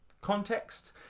context